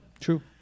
True